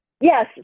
Yes